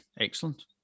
excellent